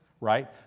Right